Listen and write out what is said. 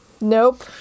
nope